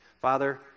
Father